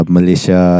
Malaysia